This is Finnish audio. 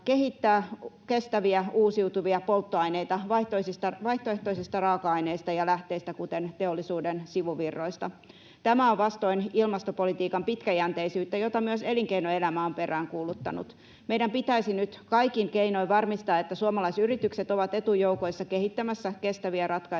kestäviä uusiutuvia polttoaineita vaihtoehtoisista raaka-aineista ja lähteistä, kuten teollisuuden sivuvirroista. Tämä on vastoin ilmastopolitiikan pitkäjänteisyyttä, jota myös elinkeinoelämä on peräänkuuluttanut. Meidän pitäisi nyt kaikin keinoin varmistaa, että suomalaisyritykset ovat etujoukoissa kehittämässä kestäviä ratkaisuja